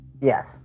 Yes